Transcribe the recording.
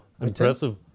impressive